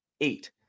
eight